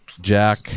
Jack